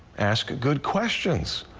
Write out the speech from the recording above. ask good questions,